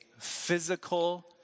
physical